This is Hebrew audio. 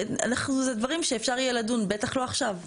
אנחנו, זה דברים שאפשר יהיה לדון, בטח לא עכשיו.